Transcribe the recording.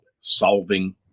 solving